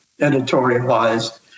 editorialized